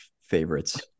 favorites